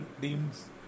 teams